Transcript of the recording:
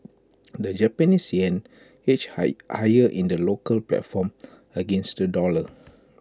the Japanese Yen edged high higher in the local platform against the dollar